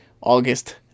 August